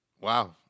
wow